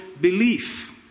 belief